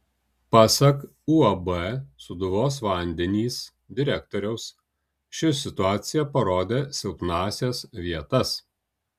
pasak uab sūduvos vandenys direktoriaus ši situacija parodė silpnąsias vietas